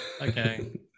okay